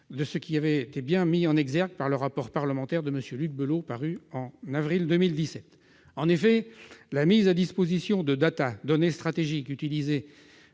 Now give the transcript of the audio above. ce qui avait bien été mis en exergue par le rapport parlementaire de M. Luc Belot, paru en avril 2017. En effet, la mise à disposition de- données stratégiques utilisées